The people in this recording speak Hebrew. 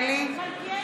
נא לסכם, בבקשה.